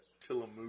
Tillamook